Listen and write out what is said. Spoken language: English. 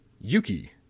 Yuki